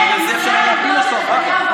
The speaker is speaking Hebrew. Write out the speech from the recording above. אבל בגלל זה אפשר היה להפיל אותו אחר כך.